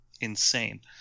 insane